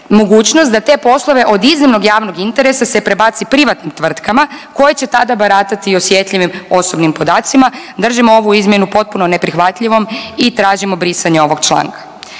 mogućnost da te poslove od iznimnog javnog interesa se prebaci privatnim tvrtkama koje će tada baratati osjetljivim osobnim podacima, držimo ovu izmjenu potpuno neprihvatljivom i tražimo brisanje ovog članka.